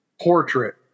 portrait